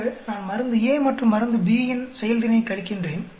ஆக நான் மருந்து A மற்றும் மருந்து B யின் செயல்திறனைக் கழிக்கின்றேன்